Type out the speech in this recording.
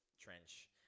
Trench